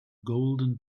golden